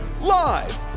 Live